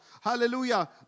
Hallelujah